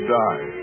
die